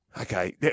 okay